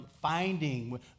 finding